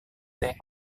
teh